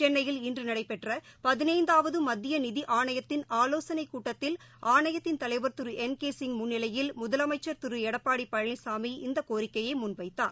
சென்னையில் இன்று நடைபெற்ற மத்திய நிதி ஆணையத்தின் ஆலோசனை கூட்டத்தில் ஆணையத்தின் தலைவர் திரு என் கே சிய் முன்னிலையில் முதலமச்சர் திரு எடப்பாடி பழனிசாமி இந்த கோரிக்கையை முன்வைத்தார்